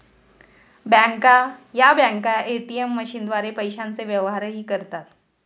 या बँका ए.टी.एम मशीनद्वारे पैशांचे व्यवहारही करतात